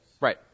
Right